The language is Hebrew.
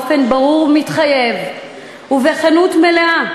באופן ברור ומתחייב ובכנות מלאה,